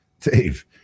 Dave